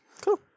Cool